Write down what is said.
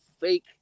fake